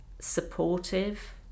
supportive